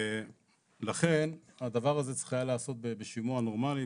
לכן הדבר הזה צריך היה להיעשות בשימוע נורמלי,